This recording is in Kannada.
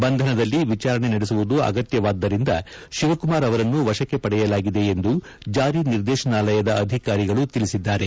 ಬಂಧನದಲ್ಲಿ ವಿಚಾರಣೆ ನಡೆಸುವುದು ಅಗತ್ಯವಾದ್ದರಿಂದ ಶಿವಕುಮಾರ್ ಅವರನ್ನು ವಶಕ್ಕೆ ಪಡೆಯಲಾಗಿದೆ ಎಂದು ಜಾರಿ ನಿರ್ದೇಶನಾಲಯ ಅಧಿಕಾರಿಗಳು ತಿಳಿಸಿದ್ದಾರೆ